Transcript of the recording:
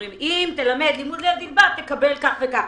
אומרים: אם תלמד לימודי ליבה, תקבל כך וכך.